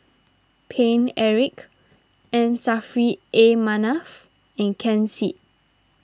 Paine Eric M Saffri A Manaf and Ken Seet